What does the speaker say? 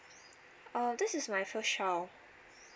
uh this is my first child